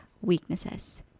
weaknesses